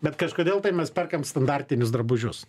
bet kažkodėl tai mes perkam standartinius drabužius